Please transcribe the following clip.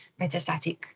metastatic